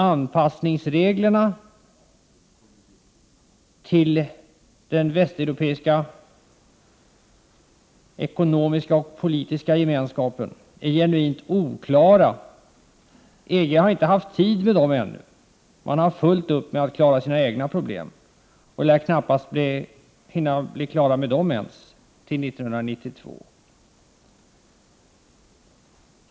Reglerna om anpassning till den västeuropeiska ekonomiska och politiska gemenskapen är genuint oklara. EG har inte haft tid med detta ännu. Man har haft fullt upp med att klara sina egna problem och lär knappast hinna att bli klar ens med dem till 1992.